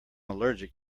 allergic